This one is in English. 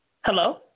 Hello